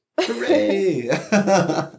Hooray